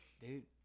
Dude